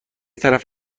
طرف